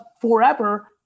forever